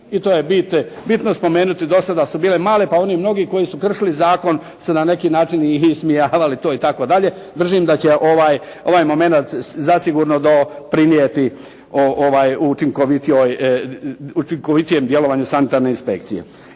I to je bit, bitno spomenuti. Do sada su bile male pa oni mnogi koji su kršili zakon su na neki način ismijavali to i tako dalje. Držim da će ovaj momenat zasigurno doprinijeti učinkovitijom, učinkovitijem djelovanju sanitarne inspekcije.